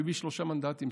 הוא הביא שלושה מנדטים,